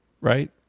right